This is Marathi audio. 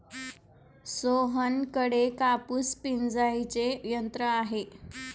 सोहनकडे कापूस पिंजायचे यंत्र आहे